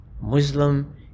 Muslim